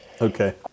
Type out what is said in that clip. Okay